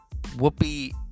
Whoopi